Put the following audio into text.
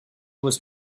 was